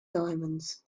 diamonds